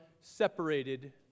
separated